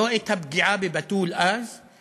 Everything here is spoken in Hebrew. לא את הפגיעה בבתול, אז,